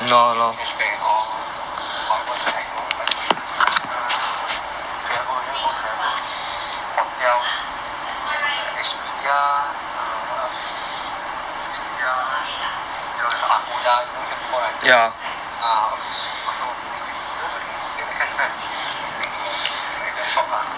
then you get a cashback and all whatever you might wanna buy buy shoes adidas even travel you wanna go travel hotels we got expedia err what else expedia agoda you know hear before right ah all these also you also can get the cashback you you must use my the shop lah